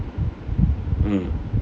mm